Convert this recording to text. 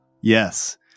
Yes